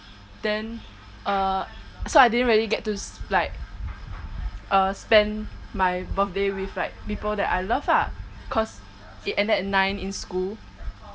then uh so I didn't really get to like uh spend my birthday with like people that I love ah cause it ended at nine in school